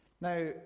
now